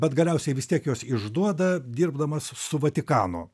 bet galiausiai vis tiek juos išduoda dirbdamas su vatikanu